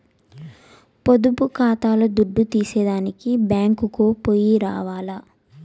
పొదుపు కాతాల్ల దుడ్డు తీసేదానికి బ్యేంకుకో పొయ్యి రావాల్ల